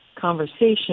conversation